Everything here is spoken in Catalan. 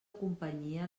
companyia